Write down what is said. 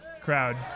crowd